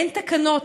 אין תקנות.